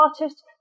artist